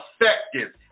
effective